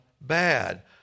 bad